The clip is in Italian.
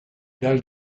dal